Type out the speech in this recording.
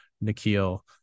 Nikhil